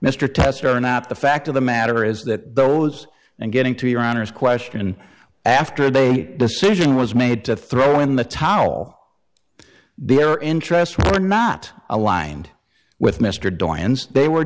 mr tester or not the fact of the matter is that those and getting to your honor's question after they decision was made to throw in the towel their interests were not aligned with mr doyle and they were